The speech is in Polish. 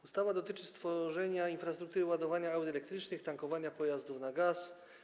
Ustawa dotyczy stworzenia infrastruktury ładowania aut elektrycznych i tankowania pojazdów na gaz.